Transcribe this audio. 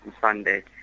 Sunday